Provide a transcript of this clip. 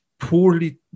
poorly